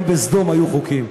גם בסדום היו חוקים.